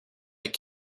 like